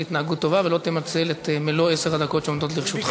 התנהגות טובה ולא תנצל את מלוא עשר הדקות שעומדות לרשותך.